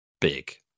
big